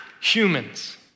humans